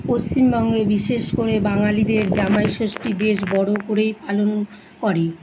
পশ্চিমবঙ্গে বিশেষ করে বাঙালিদের জামাই ষষ্ঠী বেশ বড়ো করেই পালন করে